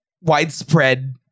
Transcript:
widespread